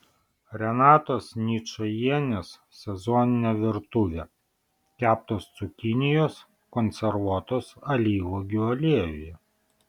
renatos ničajienės sezoninė virtuvė keptos cukinijos konservuotos alyvuogių aliejuje